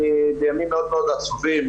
אני בימים מאוד עצובים,